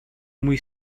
muy